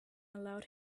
allowed